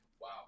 Wow